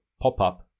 pop-up